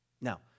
Now